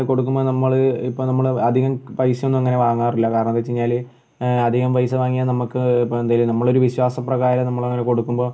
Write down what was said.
കൊടുക്കുമ്പോൾ നമ്മൾ ഇപ്പം നമ്മൾ അധികം പൈസേന്നും അങ്ങനെ വാങ്ങാറില്ല കാരണെന്താന്ന് വെച്ച് കഴിഞ്ഞാൽ അധികം പൈസ വാങ്ങിയാൽ നമുക്ക് ഇപ്പം എന്തായ്യും നമ്മളൊരു വിശ്വാസ പ്രകാരം നമ്മളങ്ങനെ കൊടുക്കുമ്പോൾ